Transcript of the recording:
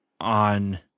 on